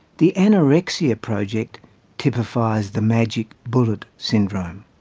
the anorexia project typifies the magic bullet syndrome.